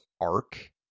Arc